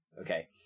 okay